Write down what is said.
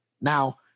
Now